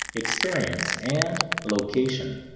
experience, and location.